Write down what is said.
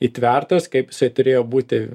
įtvertas kaip jisai turėjo būti